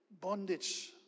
bondage